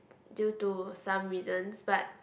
due to some reasons but